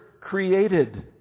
created